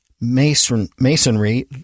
masonry